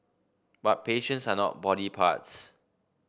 but patients are not body parts